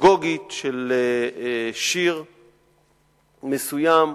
הפדגוגית של שיר מסוים,